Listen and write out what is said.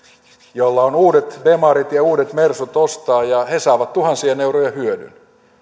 joilla on ostaa uudet bemarit ja uudet mersut he saavat tuhansien eurojen hyödyn